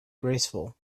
graceful